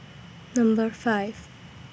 Number five